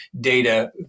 data